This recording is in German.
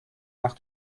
nach